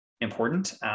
important